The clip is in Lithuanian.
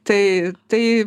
tai tai